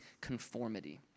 conformity